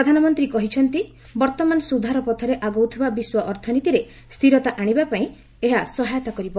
ପ୍ରଧାନମନ୍ତ୍ରୀ କହିଛନ୍ତି ବର୍ତ୍ତମାନ ସୁଧାର ପଥରେ ଆଗଉଥିବା ବିଶ୍ୱ ଅର୍ଥନୀତିରେ ସ୍ଥିରତା ଆଶିବାପାଇଁ ଏହା ସହାୟତା କରିବ